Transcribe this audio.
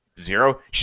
zero